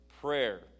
prayer